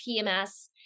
PMS